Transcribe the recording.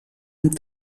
amb